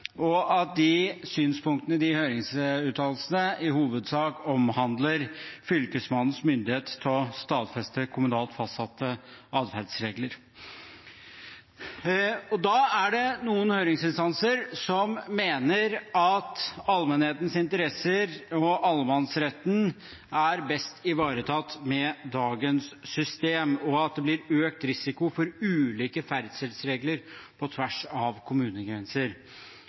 Synspunktene i høringsuttalelsene omhandler i hovedsak Fylkesmannens myndighet til å stadfeste kommunalt fastsatte adferdsregler. Det er noen høringsinstanser som mener at allmennhetens interesser og allemannsretten er best ivaretatt med dagens system, og at det blir økt risiko for ulike ferdselsregler på tvers av kommunegrenser.